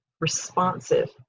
responsive